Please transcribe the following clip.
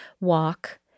walk